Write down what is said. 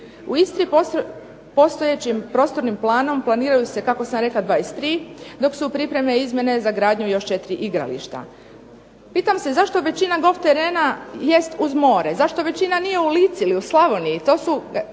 U Istri postojećim prostornim planom planiraju se kako sam rekla 23, dok su u pripremi izmjene za gradnju još 4 igrališta. Pitam se zašto većina golf terena jest uz more? Zašto većina nije u Lici ili u Slavoniji?